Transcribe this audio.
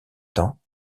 temps